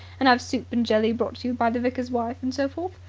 and have soup and jelly brought to you by the vicar's wife and so forth.